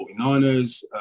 49ers